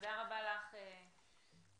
תודה רבה לך, גל.